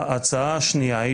ההצעה השנייה,